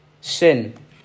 Sin